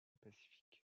pacifique